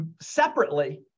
separately